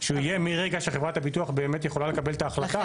שהוא יהיה מרגע שחברת הביטוח באמת יכולה לקבל את ההחלטה.